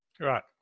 right